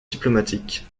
diplomatique